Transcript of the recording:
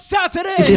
Saturday